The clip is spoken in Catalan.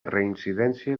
reincidència